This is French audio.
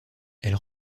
elle